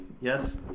Yes